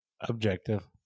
Objective